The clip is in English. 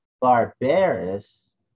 barbarous